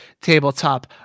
tabletop